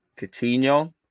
Coutinho